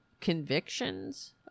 convictions